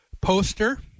poster